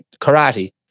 karate